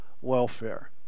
welfare